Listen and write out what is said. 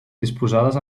disposades